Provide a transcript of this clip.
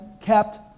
kept